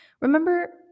Remember